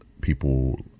People